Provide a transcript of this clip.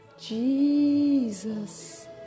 Jesus